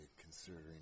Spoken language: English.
considering